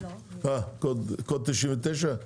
קוד 99?